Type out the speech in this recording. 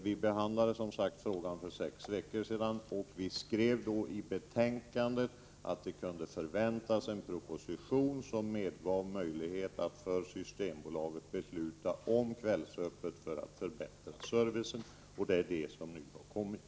Vi behandlade, som sagt, frågan för sex veckor sedan och vi skrev då i betänkandet att det kunde förväntas en proposition, som gav möjlighet för Systembolaget att besluta om kvällsöppet för att förbättra servicen. Det är det förslaget som nu har kommit.